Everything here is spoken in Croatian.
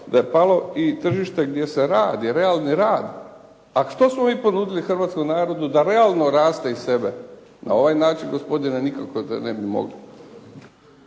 da je palo i tržište gdje se radi, realni rad. A što smo mi ponudili hrvatskom narodu? Da realno raste iz sebe? Na ovaj način gospodine nikako to ne bi mogli.